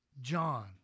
John